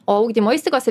o ugdymo įstaigose